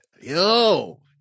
Yo